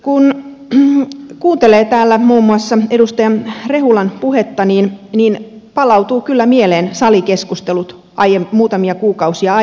kun kuuntelee täällä muun muassa edustaja rehulan puhetta niin palautuu kyllä mieleen salikeskustelut muutamia kuukausia aiemmin